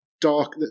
dark